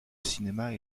cinéma